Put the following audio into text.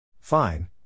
Fine